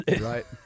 right